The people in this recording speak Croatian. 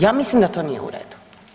Ja mislim da to nije u redu.